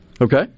okay